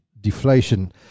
deflation